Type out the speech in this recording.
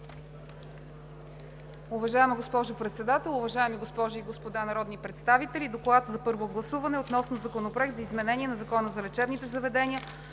Уважаема госпожо Председател, уважаеми госпожи и господа народни представители! „ДОКЛАД за първо гласуване относно Законопроект за изменение на Закона за лечебните заведения,